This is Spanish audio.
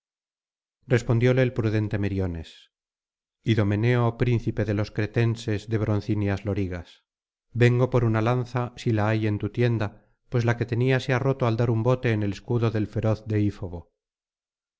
respondióle el prudente meriones idoraeneo príncipe de los cretenses de broncíneas lorigas vengo por una lanza si la hay en tu tienda pues la que tenía se ha roto al dar un bote en el escudo del feroz deífobo